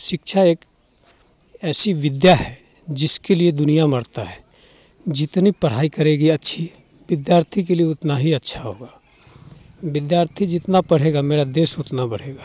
शिक्षा एक ऐसी विद्या है जिसके लिए दुनिया मरता है जितनी पढ़ाई करेगी अच्छी विद्यार्थी के लिए उतना ही अच्छा होगा विद्यार्थी जितना पढ़ेगा मेरा देश उतना बढ़ेगा